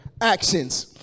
actions